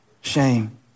shame